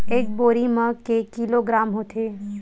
एक बोरी म के किलोग्राम होथे?